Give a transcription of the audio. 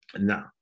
Now